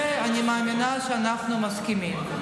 בזה אני מאמינה שאנחנו מסכימים,